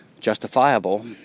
justifiable